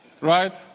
right